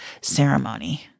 ceremony